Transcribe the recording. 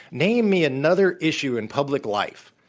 name me another issue in public life,